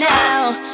now